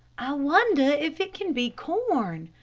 i wonder if it can be corn.